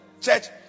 church